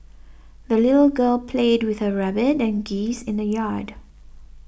the little girl played with her rabbit and geese in the yard